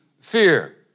fear